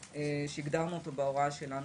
שהגדרנו אותו בהוראה שלנו.